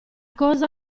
cosa